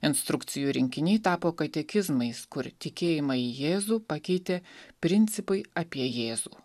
instrukcijų rinkiniai tapo katekizmais kur tikėjimą į jėzų pakeitė principai apie jėzų